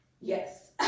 yes